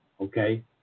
Okay